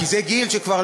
כי זה גיל שכבר,